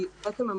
כי עוד פעם,